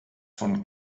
von